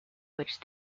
which